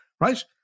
Right